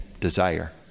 desire